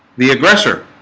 the aggressor